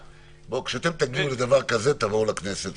כשאתם תגיעו לדבר כזה, תבואו לכנסת.